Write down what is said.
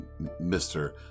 Mr